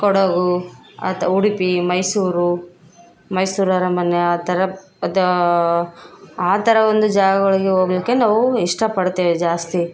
ಕೊಡಗು ಅತ ಉಡುಪಿ ಮೈಸೂರು ಮೈಸೂರು ಅರಮನೆ ಆ ಥರ ಅದು ಆ ಥರ ಒಂದು ಜಾಗಗಳಿಗೆ ಹೋಗಲಿಕ್ಕೆ ನಾವು ಇಷ್ಟಪಡ್ತೇವೆ ಜಾಸ್ತಿ